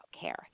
care